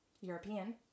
European